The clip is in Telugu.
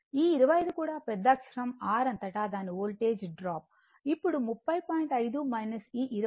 ఈ 25 కూడా పెద్దఅక్షరం R అంతటా దాని వోల్టేజ్ డ్రాప్ అప్పుడు 30